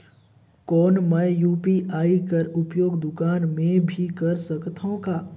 कौन मै यू.पी.आई कर उपयोग दुकान मे भी कर सकथव का?